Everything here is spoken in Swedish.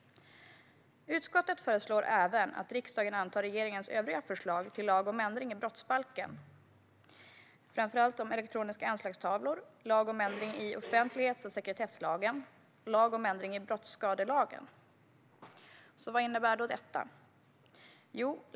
Utskottet föreslår även att riksdagen antar regeringens övriga förslag till lag om ändring i brottsbalken, framför allt om elektroniska anslagstavlor, lag om ändring i offentlighets och sekretesslagen och lag om ändring i brottsskadelagen. Ett starkt straffrättsligt skydd för den person-liga integriteten Vad innebär då detta?